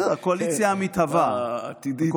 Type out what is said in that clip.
אולי העתידית.